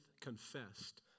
confessed